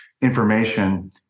information